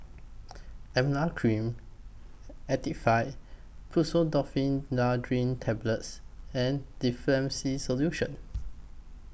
Emla Cream Actifed Tablets and Difflam C Solution